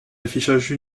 affichage